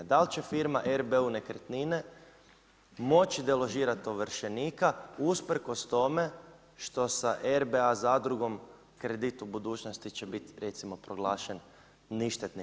Dal će firma RBU nekretnine moći deložirati ovršenika usprkos tome što sa RBA zadrugom kredit u budućnosti će biti recimo proglašen ništetnim.